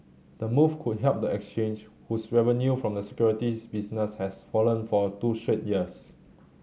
the move could help the exchange whose revenue from the securities business has fallen for two straight years